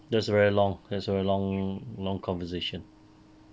that's very long that's very long long conversation